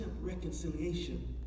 reconciliation